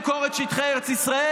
אתה רוצה למכור את שטחי ארץ ישראל?